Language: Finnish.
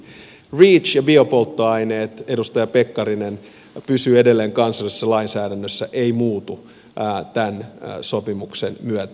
reach ja biopolttoaineet edustaja pekkarinen pysyvät edelleen kansallisessa lainsäädännössä eivät muutu tämän sopimuksen myötä